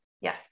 Yes